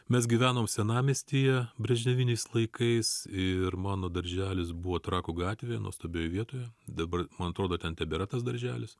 mes gyvenome senamiestyje brežneviniais laikais ir mano darželis buvo trakų gatvėje nuostabioj vietoje dabar man atrodo ten tebėra tas darželis